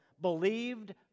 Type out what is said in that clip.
believed